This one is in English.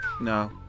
no